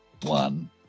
One